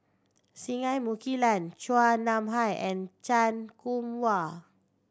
Singai Mukilan Chua Nam Hai and Chan Kum Wah